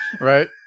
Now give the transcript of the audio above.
Right